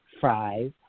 fries